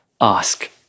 ask